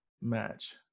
match